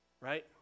Right